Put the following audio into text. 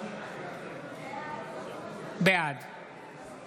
בעד שלי